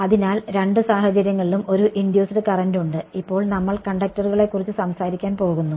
അതിനാൽ രണ്ട് സാഹചര്യങ്ങളിലും ഒരു ഇൻഡ്യൂസ്ഡ് കറന്റ് ഉണ്ട് ഇപ്പോൾ നമ്മൾ കണ്ടക്ടറുകളെ കുറിച്ചു സംസാരിക്കാൻ പോകുന്നു